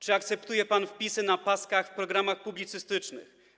Czy akceptuje pan wpisy na paskach w programach publicystycznych?